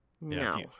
No